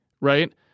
right